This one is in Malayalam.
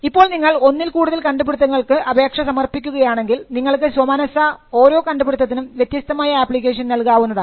ഇപ്പോൾ നിങ്ങൾ ഒന്നിൽ കൂടുതൽ കണ്ടുപിടിത്തങ്ങൾക്ക് അപേക്ഷ സമർപ്പിക്കുകയാണെങ്കിൽ നിങ്ങൾക്ക് സ്വമനസ്സാ ഓരോ കണ്ടുപിടുത്തത്തിനും വ്യത്യസ്തമായ ആപ്ലിക്കേഷൻ നൽകാവുന്നതാണ്